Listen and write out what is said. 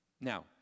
Now